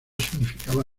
significaba